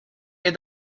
est